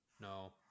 No